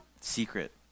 Secret